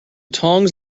tongs